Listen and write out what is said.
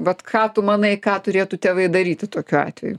vat ką tu manai ką turėtų tėvai daryti tokiu atveju